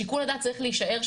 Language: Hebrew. שיקול הדעת צריך להישאר.